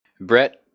Brett